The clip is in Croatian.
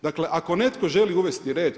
Dakle ako netko želi uvesti red